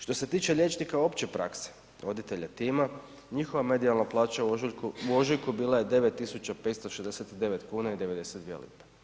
Što se tiče liječnika opće prakse, voditelja tima, njihova medijalna plaća u ožujku bila je 9569 kuna i 92 lipe.